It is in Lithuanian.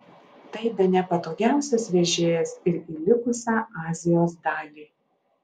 tai bene patogiausias vežėjas ir į likusią azijos dalį